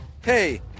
Hey